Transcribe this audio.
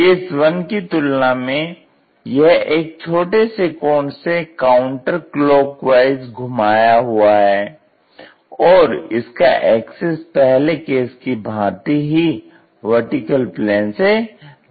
case 1 की तुलना में यह एक छोटे से कोण से काउंटर क्लॉक वाइज घुमाया हुआ है और इसका एक्सिस पहले केस की भांति ही VP से लंबवत है